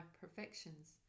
perfections